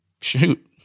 shoot